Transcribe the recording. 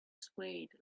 swayed